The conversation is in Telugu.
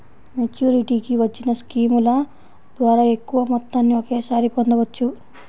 మెచ్యూరిటీకి వచ్చిన స్కీముల ద్వారా ఎక్కువ మొత్తాన్ని ఒకేసారి పొందవచ్చు